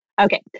okay